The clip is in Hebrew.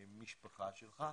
המשפחה שלך.